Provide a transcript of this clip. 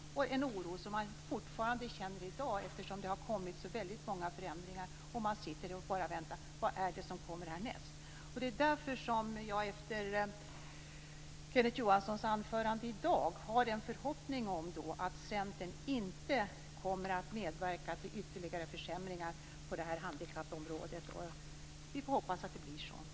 Det är en oro som de fortfarande känner i dag. Det har kommit så väldigt många förändringar. Människor sitter och väntar på vad som kommer härnäst. Det är därför som jag efter Kenneth Johanssons anförande i dag har en förhoppning om att Centern inte kommer att medverka till ytterligare försämringar på detta handikappområde. Vi får hoppas att det blir så.